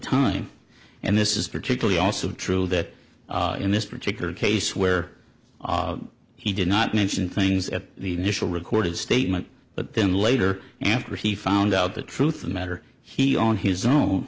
time and this is particularly also true that in this particular case where he did not mention things at the initial recorded statement but then later after he found out the truth of the matter he on his own